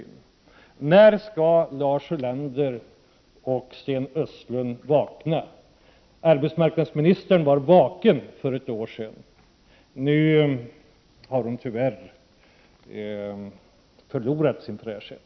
Men när skall Lars Ulander och Sten Östlund vakna? Arbetsmarknadsministern var vaken för ett år sedan. Nu har hon, tyvärr, förlorat sin fräschhet.